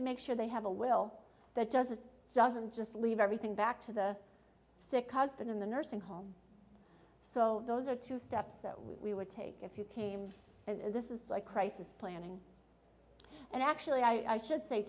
to make sure they have a will that doesn't doesn't just leave everything back to the sick cousin in the nursing home so those are two steps that we would take if you came and this is a crisis planning and actually i should say